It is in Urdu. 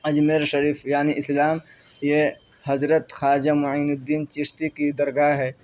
اجمیر شریف یعنی اسلام یہ حضرت خواجہ معینُ الدّین چشتی کی درگاہ ہے